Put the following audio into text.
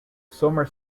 summer